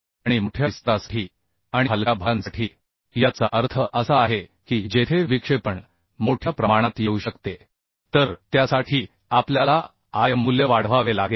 आणि मोठ्या विस्तारासाठी आणि हलक्या भारांसाठी याचा अर्थ असा आहे की जेथे विक्षेपण मोठ्या प्रमाणात येऊ शकते तर त्यासाठी आपल्याला आय मूल्य वाढवावे लागेल